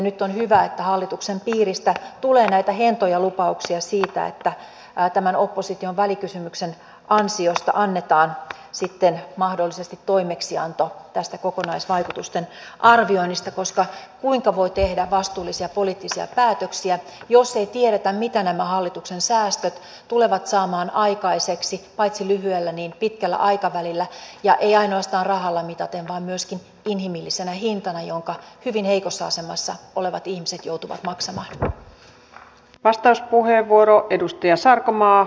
nyt on hyvä että hallituksen piiristä tulee näitä hentoja lupauksia siitä että tämän opposition välikysymyksen ansiosta annetaan sitten mahdollisesti toimeksianto tästä kokonaisvaikutusten arvioinnista koska kuinka voi tehdä vastuullisia poliittisia päätöksiä jos ei tiedetä mitä nämä hallituksen säästöt tulevat saamaan aikaiseksi paitsi lyhyellä myös pitkällä aikavälillä ja ei ainoastaan rahalla mitaten vaan myöskin inhimillisenä hintana jonka hyvin heikossa asemassa olevat ihmiset joutuvat maksamaan